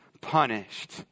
punished